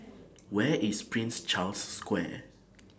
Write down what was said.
Where IS Prince Charles Square